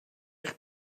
eich